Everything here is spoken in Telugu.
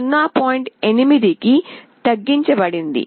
8 కి తగ్గించబడింది